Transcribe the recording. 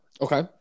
Okay